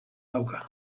dauka